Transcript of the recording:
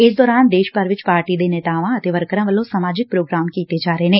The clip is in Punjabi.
ਇਸ ਦੌਰਾਨ ਦੇਸ਼ ਭਰ ਵਿਚ ਪਾਰਟੀ ਦੇ ਨੇਤਾਵਾਂ ਅਤੇ ਵਰਕਰਾਂ ਵੱਲੋਂ ਸਮਾਜਿਕ ਪ੍ਰੋਗਰਾਮ ਕੀਤੇ ਜਾ ਰਹੇ ਨੇ